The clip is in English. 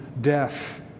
death